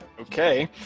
okay